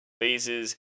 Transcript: phases